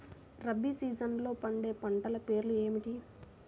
రబీ సీజన్లో పండే పంటల పేర్లు ఏమిటి?